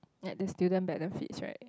like the student benefits right